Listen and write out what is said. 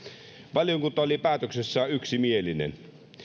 valiokunta oli päätöksessään yksimielinen